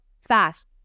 fast